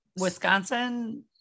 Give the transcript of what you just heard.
wisconsin